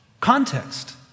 context